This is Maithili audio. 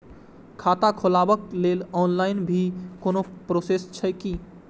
खाता खोलाबक लेल ऑनलाईन भी कोनो प्रोसेस छै की?